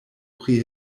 pri